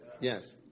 Yes